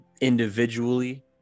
individually